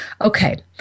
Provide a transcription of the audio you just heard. Okay